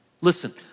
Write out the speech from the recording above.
Listen